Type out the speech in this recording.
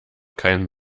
keinen